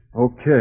Okay